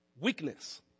weakness